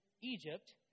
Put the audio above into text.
Egypt